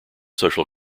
social